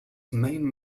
main